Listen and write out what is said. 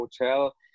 hotel